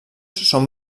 són